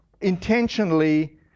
intentionally